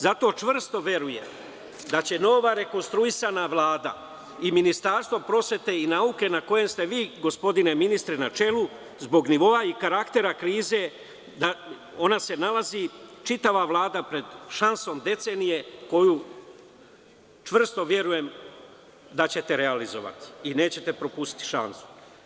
Zato čvrsto verujem da će nova rekonstruisana Vlada i Ministarstvo prosvete i nauke gde ste vi gospodine ministre, zbog nivoa i karaktera krize, čitava Vlada se nalazi pred šansom decenije za koju čvrsto verujem da ćete realizovati, i nećete propustiti šansu.